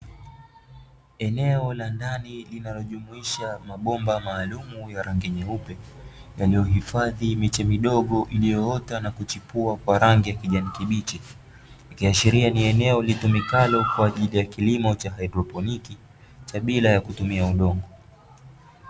Eneo la ndani linalojumuisha mabomba maalum ya rangi nyeupe, yaliyohifadhi miche midogo iliyoota na kuchepua kwa rangi ya kijani kibichi, ikiashiriria ni eneo litumikalo kwa ajili ya kilimo cha haidroponiki, cha bila ya kutumia udongo.